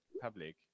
public